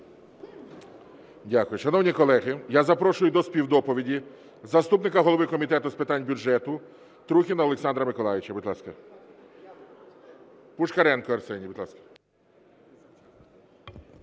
Дякую. Шановні колеги, я запрошую до співдоповіді заступника голови Комітету з питань бюджету Трухіна Олександра Миколайовича, будь ласка. Пушкаренко Арсеній, будь ласка.